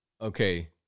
Okay